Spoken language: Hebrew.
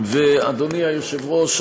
אדוני היושב-ראש,